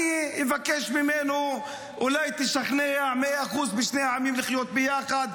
אני אבקש ממנו אולי תשכנע מאה אחוז משני העמים לחיות יחד,